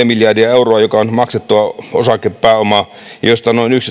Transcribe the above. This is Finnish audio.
miljardia euroa joka on maksettua osakepääomaa ja noin